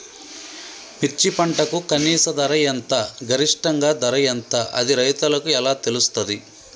మిర్చి పంటకు కనీస ధర ఎంత గరిష్టంగా ధర ఎంత అది రైతులకు ఎలా తెలుస్తది?